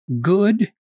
good